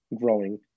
growing